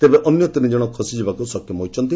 ତେବେ ଅନ୍ୟ ତିନିକଣ ଖସିଯିବାକୁ ସକ୍ଷମ ହୋଇଛନ୍ତି